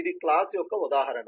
ఇది క్లాస్ యొక్క ఉదాహరణ